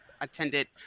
attended